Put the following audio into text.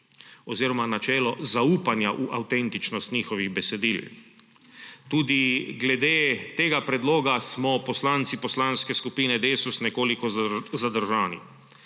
oziroma načelo zaupanja v avtentičnost njihovih besedil. Tudi glede tega predloga smo poslanci Poslanske skupine Desus nekoliko zadržani.